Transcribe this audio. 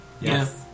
Yes